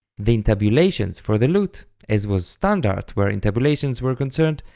the intabulations for the lute, as was standard where intabulations were concerned,